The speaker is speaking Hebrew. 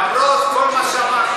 למרות כל מה שאמרת.